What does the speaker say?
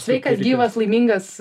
sveikas gyvas laimingas